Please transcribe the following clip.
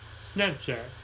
Snapchat